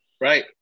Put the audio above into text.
Right